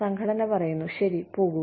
സംഘടന പറയുന്നു ശരി പോകൂ